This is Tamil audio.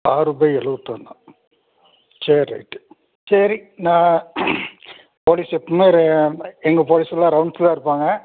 ஆறு பை எழுவத்தொன்னு சரி ரைட்டு சரி நான் போலீஸ் எப்பவுமே ர எங்கே போலீஸெல்லாம் ரவுன்ஸ்சில்தான் இருப்பாங்க